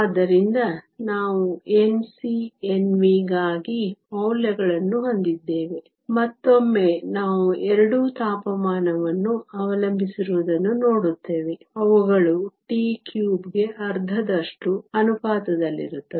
ಆದ್ದರಿಂದ ನಾವು Nc Nv ಗಾಗಿ ಮೌಲ್ಯಗಳನ್ನು ಹೊಂದಿದ್ದೇವೆ ಮತ್ತೊಮ್ಮೆ ನಾವು ಎರಡೂ ತಾಪಮಾನವನ್ನು ಅವಲಂಬಿಸಿರುವುದನ್ನು ನೋಡುತ್ತೇವೆ ಅವುಗಳು t 3 ಗೆ ಅರ್ಧದಷ್ಟು ಅನುಪಾತದಲ್ಲಿರುತ್ತವೆ